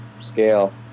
scale